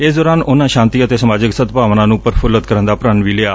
ਇਸ ਦੌਰਾਨ ਉਨੂਾਂ ਸ਼ਾਂਤੀ ਅਤੇ ਸਮਾਜਿਕ ਸਦਭਾਵਨਾ ਨੂੰ ਪ੍ਰਫੁੱਲਤ ਕਰਨ ਦਾ ਪ੍ਣ ਵੀ ਲਿਆ